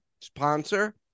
sponsor